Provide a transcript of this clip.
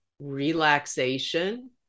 relaxation